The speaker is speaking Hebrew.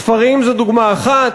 ספרים הם דוגמה אחת,